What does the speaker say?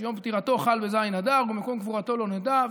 שיום פטירתו חל בז' באדר ומקום קבורתו לא נודע,